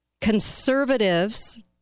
conservatives